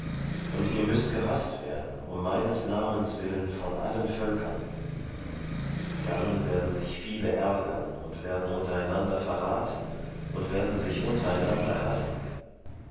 und ihr müßt gehaßt werden um meines namens willen von allen völkern dann werden sich viele ärgern und werden untereinander verraten und werden sich untereinander hassen